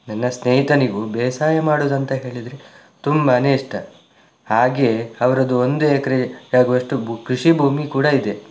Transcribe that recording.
ನನ್ನ ಸ್ನೇಹಿತನಿಗೂ ಬೇಸಾಯ ಮಾಡುವುದಂತ ಹೇಳಿದರೆ ತುಂಬಾನೇ ಇಷ್ಟ ಹಾಗೆಯೇ ಅವರದ್ದು ಒಂದು ಎಕರೆಯಾಗುವಷ್ಟು ಕೃಷಿ ಭೂಮಿ ಕೂಡ ಇದೆ